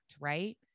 right